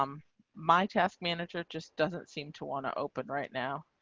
um my task manager just doesn't seem to want to open right now.